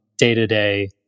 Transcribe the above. day-to-day